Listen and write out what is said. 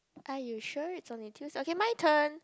are you sure it's only two okay my turn